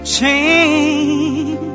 change